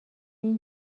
این